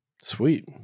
Sweet